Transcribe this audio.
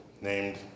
named